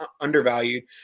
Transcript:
undervalued